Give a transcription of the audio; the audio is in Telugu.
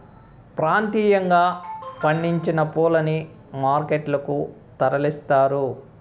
ప్రాంతీయంగా పండించిన పూలని మార్కెట్ లకు తరలిస్తారు